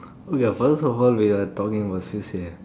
uh ya first of all we are talking about C_C_A